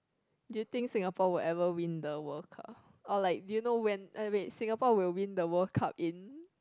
do you think Singapore will ever win the World Cup or like do you know when ah wait Singapore will win the World Cup in